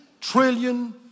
trillion